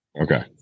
Okay